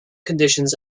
conditions